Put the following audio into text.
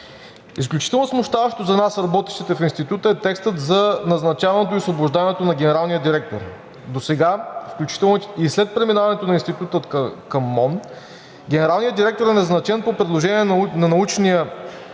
Изключително смущаващо за нас, работещите в Института, е текстът за назначаването и освобождаването на генералния директор. Досега, включително и след преминаването на Института към МОН, генералният директор е назначен по предложение на Научния